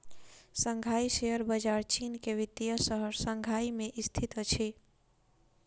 Shanghai share बजार चीन के वित्तीय शहर शंघाई में स्थित अछि